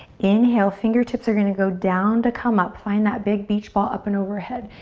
inhale, fingertips are gonna go down to come up. find that big beach ball up and overhead.